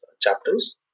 chapters